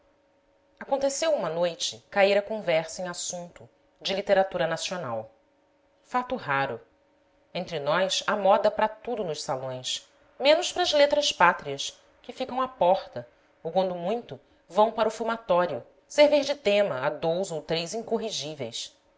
aconteceu uma noite cair a conversa em assunto de literatura nacional fato raro entre nós há moda para tudo nos salões menos para as letras pátrias que ficam à porta ou quando muito vão para o fumatório servir de tema a dous ou três incorrigíveis